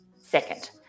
second